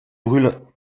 brûlent